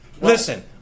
Listen